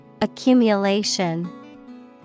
Accumulation